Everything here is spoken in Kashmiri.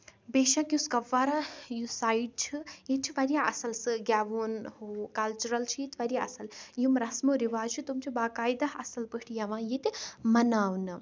بے شک یُس کۄپوارا یُس سایِٹ چھِ ییٚتہِ چھُ واریاہ اَصٕل سُہ گیوُن ہُوٚ کلچُرل چھُ ییٚتہِ واریاہ اَصٕل یِم رَسمو رِواج چھِ تِم چھِ باقاعدہ اَصٕل پٲٹھۍ یِوان ییٚتہِ مَناونہٕ